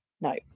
no